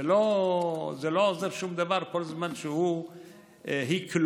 זה לא עוזר שום דבר כל זמן שהיא כלואה.